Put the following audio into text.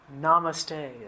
namaste